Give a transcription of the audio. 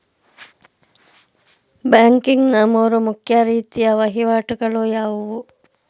Banking ನ ಮೂರು ಮುಖ್ಯ ರೀತಿಯ ವಹಿವಾಟುಗಳು ಯಾವುವು?